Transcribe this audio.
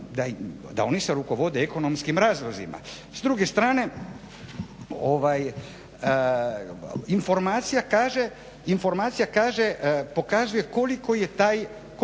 da oni se rukovode ekonomskim razlozima. S druge strane, informacija kaže, pokazuje koliko je taj, daje